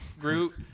groot